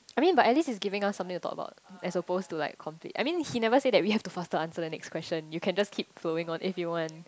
I mean but at least he's giving us something to talk about as opposed to like complete I mean he never say that we have to faster answer the next question you can just keep flowing on if you want